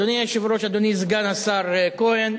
אדוני היושב-ראש, אדוני סגן השר כהן,